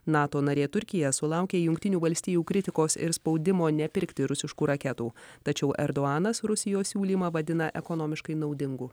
nato narė turkija sulaukė jungtinių valstijų kritikos ir spaudimo nepirkti rusiškų raketų tačiau erdohanas rusijos siūlymą vadina ekonomiškai naudingu